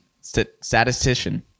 Statistician